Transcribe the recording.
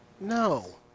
No